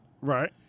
Right